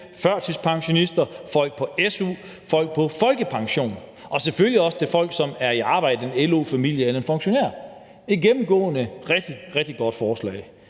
førtidspensionister, folk på su, folk på folkepension og selvfølgelig også til folk, som er i arbejde, en LO- familie eller en funktionær, og gennemgående et rigtig, rigtig godt forslag,